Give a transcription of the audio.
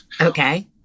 Okay